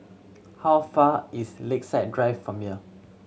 how far is Lakeside Drive from here